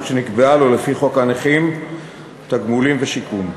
שנקבעה לו לפי חוק הנכים (תגמולים ושיקום).